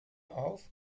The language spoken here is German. auf